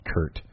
Kurt